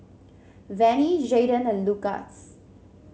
Venie Jaiden and Lukas